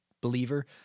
believer